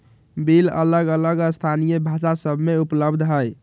bill अलग अलग स्थानीय भाषा सभ में उपलब्ध हइ